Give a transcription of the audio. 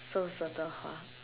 so 舍得花